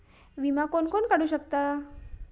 विमा कोण कोण काढू शकता?